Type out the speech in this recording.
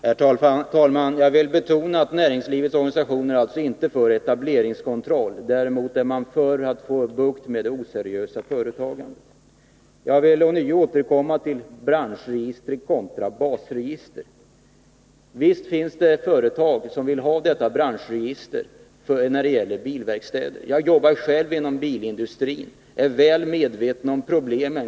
Herr talman! Jag vill betona att näringslivets organisationer alltså inte är för etableringskontroll. Däremot är man för att få bukt med det oseriösa företagandet. Jag vill ånyo återkomma till frågan om branschregister kontra basregister. Visst finns det företag som vill ha detta branschregister när det gäller bilverkstäder. Jag jobbar själv inom bilindustrin och är väl medveten om problemen.